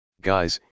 Guys